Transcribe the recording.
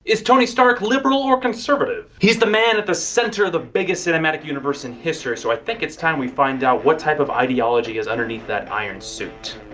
is tony stark liberal or conservative? he's the man at the center of the biggest cinematic universe in history so i think it's time we find out what type of ideology is underneath that iron suit.